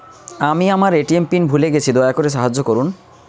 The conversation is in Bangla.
আমি আমার এ.টি.এম পিন ভুলে গেছি, দয়া করে সাহায্য করুন